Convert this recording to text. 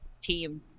team